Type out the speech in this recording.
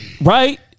Right